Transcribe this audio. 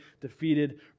defeated